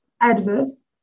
adverse